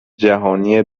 جهانی